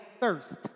thirst